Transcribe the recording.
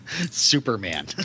Superman